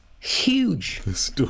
Huge